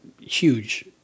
huge